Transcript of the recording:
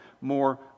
more